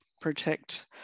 protect